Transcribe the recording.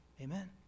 Amen